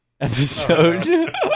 Episode